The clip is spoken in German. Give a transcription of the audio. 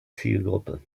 zielgruppe